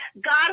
God